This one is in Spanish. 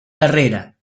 carrera